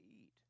eat